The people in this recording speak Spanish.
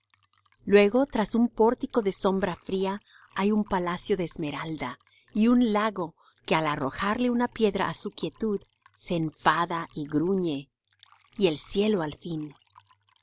luego tras un pórtico de sombra fría hay un palacio de esmeralda y un lago que al arrojarle una piedra á su quietud se enfada y gruñe y el cielo al fin